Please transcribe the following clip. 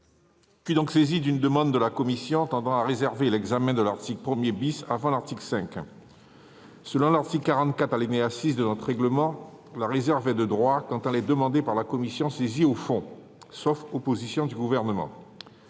Je suis donc saisi d'une demande de la commission tendant à réserver l'examen de l'article 1 avant l'article 5. Selon l'article 44, alinéa 6, de notre règlement, la réserve est de droit quand elle est demandée par la commission saisie au fond, sauf opposition du Gouvernement.